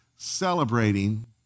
celebrating